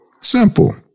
simple